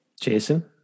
Jason